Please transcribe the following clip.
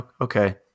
Okay